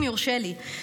אם יורשה לי,